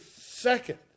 second